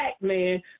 man